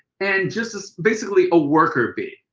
and just as basically a worker bee,